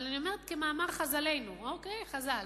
אבל אני אומרת כמאמר חז"לנו, חז"ל: